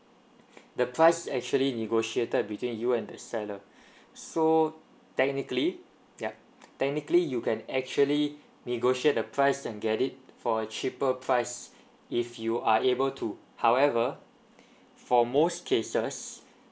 the price actually negotiated between you and the seller so technically ya technically you can actually negotiate the price and get it for a cheaper price if you are able to however for most cases